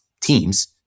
teams